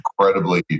incredibly